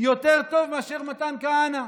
יותר טוב מאשר מתן כהנא.